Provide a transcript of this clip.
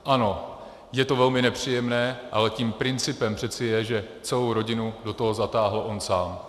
Ano, je to velmi nepříjemné, ale tím principem přece je, že celou rodinu do toho zatáhl on sám.